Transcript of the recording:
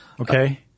Okay